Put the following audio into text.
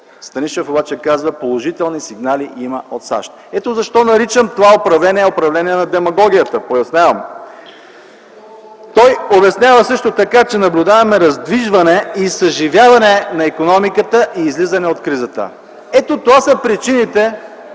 Станишев обаче казва – положителни сигнали има от САЩ. Ето защо наричам това управление управление на демагогията - пояснявам. Той обяснява също така, че наблюдаваме раздвижване, съживяване на икономиката и излизане от кризата. Ето това са причините,